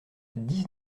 dix